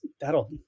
that'll